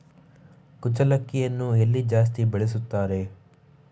ಕುಚ್ಚಲಕ್ಕಿಯನ್ನು ಎಲ್ಲಿ ಜಾಸ್ತಿ ಬೆಳೆಸುತ್ತಾರೆ?